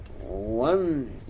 one